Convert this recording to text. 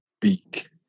beak